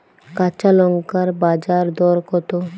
কাঁচা লঙ্কার বাজার দর কত?